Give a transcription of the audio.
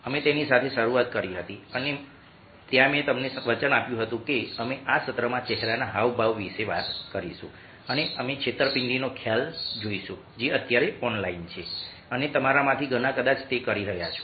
અમે તેની સાથે શરૂઆત કરી હતી અને ત્યાં મેં તમને વચન આપ્યું હતું કે અમે આ સત્રમાં ચહેરાના હાવભાવ વિશે વાત કરીશું અને અમે છેતરપિંડીનો ખ્યાલ જોઈશું જે અત્યારે ઓનલાઈન છે અને તમારામાંથી ઘણા કદાચ તે કરી રહ્યા છો